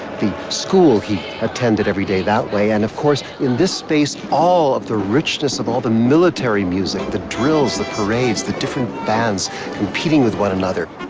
the school he attended every day that way, and of course, in this space, all of the richness of all the military music, the drills, the parades, the different bands competing with one another.